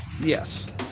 yes